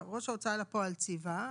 ראש ההוצאה לפועל ציווה.